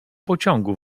pociągu